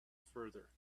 further